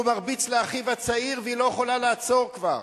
הוא מרביץ לאחיו הצעיר והיא לא יכולה לעצור כבר.